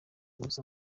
musa